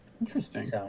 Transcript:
Interesting